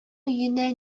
өенә